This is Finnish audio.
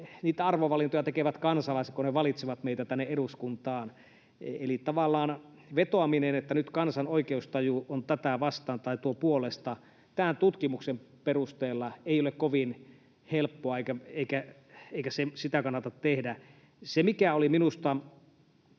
arvovalintoja tekevät kansalaiset, kun he valitsevat meitä tänne eduskuntaan. Eli tavallaan vetoaminen siihen, että nyt kansan oikeustaju on tätä vastaan tai tuon puolesta, tämän tutkimuksen perusteella ei ole kovin helppoa, eikä sitä kannata tehdä. Se, mikä oli minusta